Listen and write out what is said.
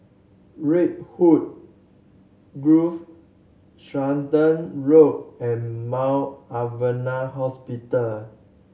Redwood Grove Stratton Road and Mount Alvernia Hospital